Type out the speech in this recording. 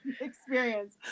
experience